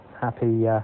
happy